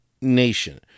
nation